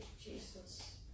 Jesus